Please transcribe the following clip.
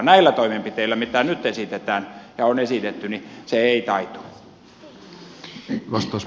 näillä toimenpiteillä mitä nyt esitetään ja on esitetty se ei taitu